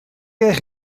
eich